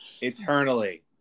eternally